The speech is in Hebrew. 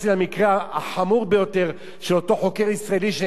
של אותו חוקר ישראלי שנעצר בארצות-הברית בחשד לניסיון